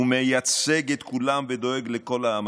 הוא מייצג את כולם ודואג לכל העם.